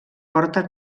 porta